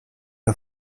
der